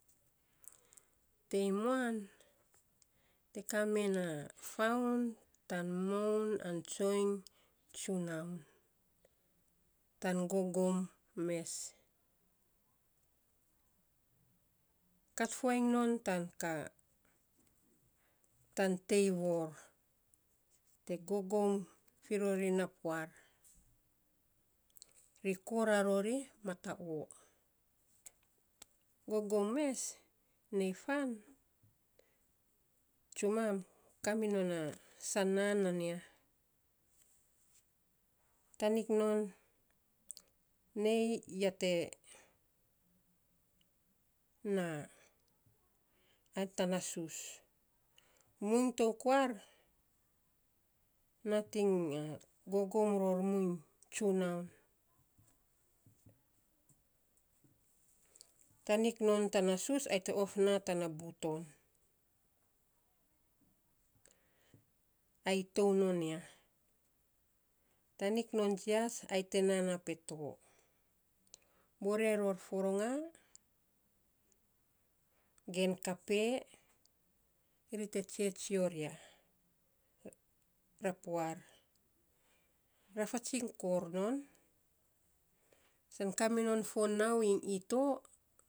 Tei muan, te kaa mena foun tan moun an tsoiny tsunaun tan gogom mes. Kat fuainy non tan ka, tan tei voor te gogom rori na puar, ri koo raro ri mata oo. Gogo mes nei fan tsumam, kaminon na sanaan nan ya. Tanik non nei, ya te naa an tana sus, muiny tou kuar nating gogom ror muiny tsunaun. tanik non tana sus ai te ot naa buton ai tounon ya, tanik non jias ai te nan naa peto. Bore ror fororagan, gen kape ri te tsetsior ya ra puar, rafasiny koor non, san kaminon fo nau iny ito.